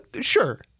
sure